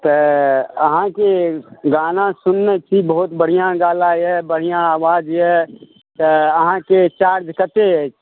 तऽ अहाँ के गाना सुनने छी बहुत बढिऑं गला यऽ बहुत बढिऑं आवाज यऽ तऽ अहाँके चार्ज कते यऽ